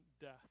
death